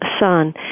son